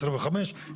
עשרים וחמש,